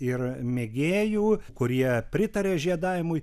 ir mėgėjų kurie pritaria žiedavimui